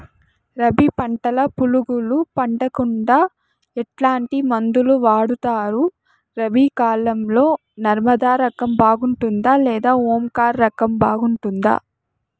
రబి పంటల పులుగులు పడకుండా ఎట్లాంటి మందులు వాడుతారు? రబీ కాలం లో నర్మదా రకం బాగుంటుందా లేదా ఓంకార్ రకం బాగుంటుందా?